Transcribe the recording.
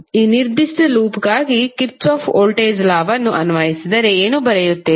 ಈ ನಿರ್ದಿಷ್ಟ ಲೂಪ್ಗಾಗಿ ಕಿರ್ಚಾಫ್ ವೋಲ್ಟೇಜ್ ಲಾವನ್ನು ಅನ್ವಯಿಸಿದರೆ ಏನು ಬರೆಯುತ್ತೇವೆ